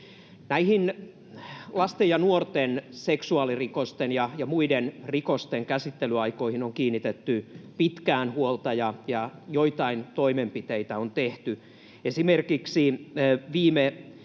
Näihin lasten ja nuorten seksuaalirikosten ja muiden rikosten käsittelyaikoihin on kiinnitetty pitkään huolta, ja joitain toimenpiteitä on tehty. Esimerkiksi pari vuotta